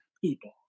people